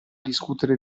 discutere